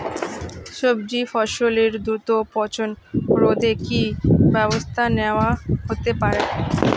সবজি ফসলের দ্রুত পচন রোধে কি ব্যবস্থা নেয়া হতে পারে?